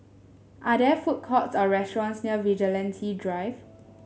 are there food courts or restaurants near Vigilante Drive